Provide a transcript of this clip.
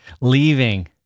leaving